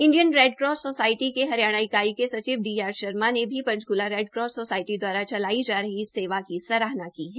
Indian Red Cross society के हरियाणा इकाई के सचिव डी आर शर्मा ने भी पचंकला रेडक्रास क्रास सोसायटी दवारा चलाई जा रही इस सेवा की सराहना की है